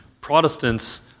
Protestants